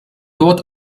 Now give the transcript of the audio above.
dort